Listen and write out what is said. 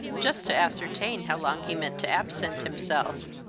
just to ascertain how long he meant to absent himself.